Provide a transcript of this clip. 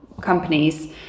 companies